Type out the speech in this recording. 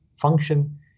function